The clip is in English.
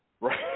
Right